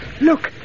Look